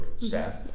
staff